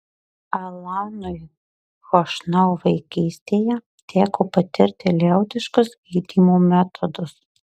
alanui chošnau vaikystėje teko patirti liaudiškus gydymo metodus